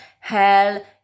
Hell